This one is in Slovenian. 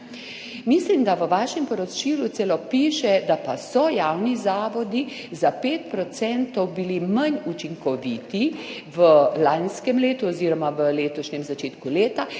Mislim, da v vašem poročilu celo piše, da pa so bili javni zavodi za 5 % manj učinkoviti v lanskem letu oziroma v letošnjem začetku leta